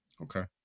Okay